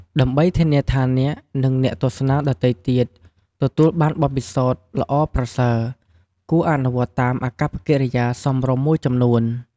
ដើម្បីធានាថាអ្នក និងអ្នកទស្សនាដទៃទៀតទទួលបានបទពិសោធន៍ល្អប្រសើរ គួរអនុវត្តតាមអាកប្បកិរិយាសមរម្យមួយចំនួន។